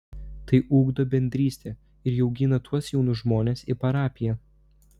tai ugdo bendrystę ir įaugina tuos jaunus žmones į parapiją